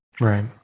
Right